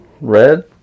red